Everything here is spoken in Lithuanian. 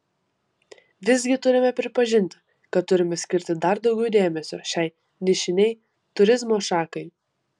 visgi turime pripažinti kad turime skirti dar daugiau dėmesio šiai nišinei turizmo šakai